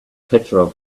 petrov